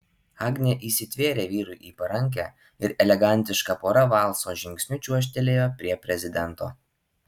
agnė įsitvėrė vyrui į parankę ir elegantiška pora valso žingsniu čiuožtelėjo prie prezidento